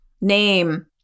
name